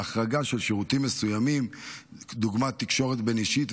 בהחרגה של שירותים מסוימים דוגמת תקשורת בין-אישית,